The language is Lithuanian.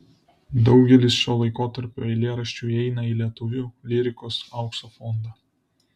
daugelis šio laikotarpio eilėraščių įeina į lietuvių lyrikos aukso fondą